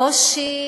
קושי